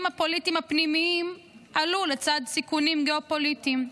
הפוליטיים הפנימיים עלו לצד סיכונים גיאו-פוליטיים.